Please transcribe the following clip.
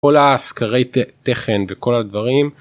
כל הסקרי תכן וכל הדברים.